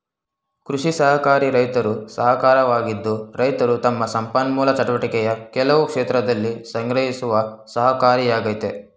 ಕೃಷಿ ಸಹಕಾರಿ ರೈತರ ಸಹಕಾರವಾಗಿದ್ದು ರೈತರು ತಮ್ಮ ಸಂಪನ್ಮೂಲ ಚಟುವಟಿಕೆಯ ಕೆಲವು ಕ್ಷೇತ್ರದಲ್ಲಿ ಸಂಗ್ರಹಿಸುವ ಸಹಕಾರಿಯಾಗಯ್ತೆ